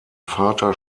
vater